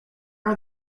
are